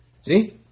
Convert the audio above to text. See